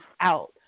out